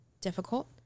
difficult